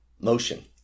motion